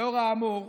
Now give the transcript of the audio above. לאור האמור,